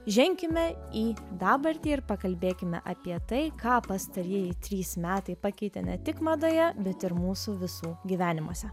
ženkime į dabartį ir pakalbėkime apie tai ką pastarieji trys metai pakeitė ne tik madoje bet ir mūsų visų gyvenimuose